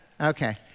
Okay